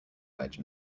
ledge